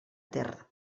ter